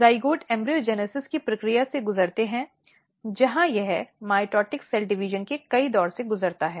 zygote embryogenesis की प्रक्रिया से गुजरते है जहां यह माइटोटिक सेल डिविजन के कई दौर से गुजरता है